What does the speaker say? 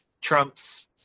Trump's